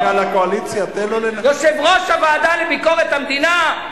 יושב-ראש הוועדה לביקורת המדינה,